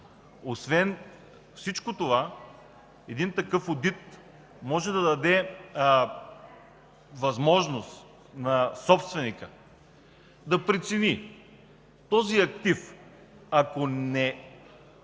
Освен всичко това, такъв одит може да даде възможност на собственика да прецени актива, ако не